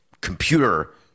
computer